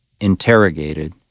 interrogated